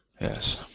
Yes